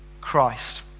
Christ